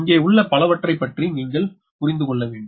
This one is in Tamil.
எங்கே உள்ள பலவற்றை பற்றி நீங்கள்புரிந்து கொள்ள வேண்டும்